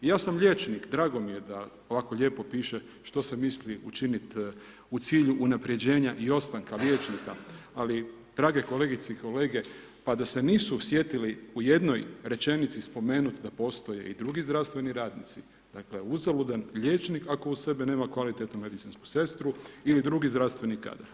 I ja sam liječnik, drago mi je da ovako lijepo piše što se misli učiniti u cilju unapređenja i ostanka liječnika ali drage kolegice i kolege pa da se nisu sjetili u jednoj rečenici spomenuti da postoje i drugi zdravstveni radnici, dakle uzaludan liječnik ako uz sebe nema kvalitetnu medicinsku sestru ili drugi zdravstveni kadar.